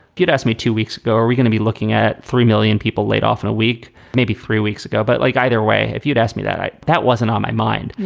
you'd asked me two weeks ago, are we gonna be looking at three million people laid off in a week, maybe three weeks ago? but like either way, if you'd asked me that, that wasn't on my mind.